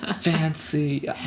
fancy